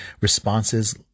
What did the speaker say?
Responses